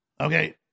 Okay